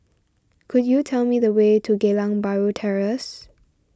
could you tell me the way to Geylang Bahru Terrace